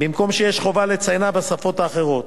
במקום שיש חובה לציינה בשפות האחרות.